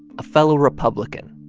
a fellow republican,